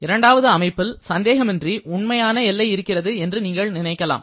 இரண்டாவது அமைப்பில் சந்தேகமின்றி உண்மையான எல்லை இருக்கிறது என்று நீங்கள் நினைக்கலாம்